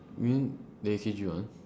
you mean the A_K_G one